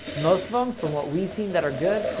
most of them, from what we've seen that are good,